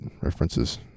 references